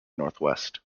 northwest